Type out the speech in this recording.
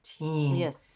Yes